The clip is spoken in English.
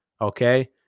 Okay